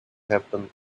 happen